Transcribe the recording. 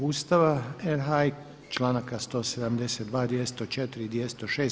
Ustava RH i članaka 172., 204. i 206.